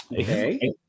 Okay